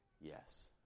yes